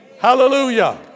Hallelujah